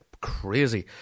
Crazy